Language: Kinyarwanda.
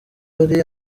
hari